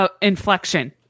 Inflection